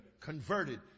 converted